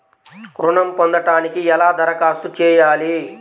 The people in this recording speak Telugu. ఋణం పొందటానికి ఎలా దరఖాస్తు చేయాలి?